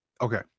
Okay